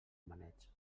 maneig